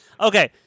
Okay